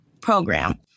program